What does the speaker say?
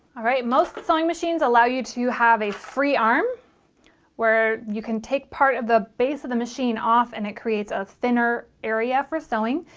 alright most sewing machines allow you to have a free arm where you can take part of the base of the machine off and it creates a thinner area for sewing,